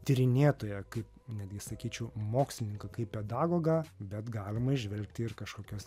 tyrinėtoją kaip netgi sakyčiau mokslininką kaip pedagogą bet galima įžvelgti ir kažkokias